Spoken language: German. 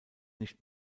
nicht